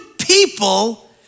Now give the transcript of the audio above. people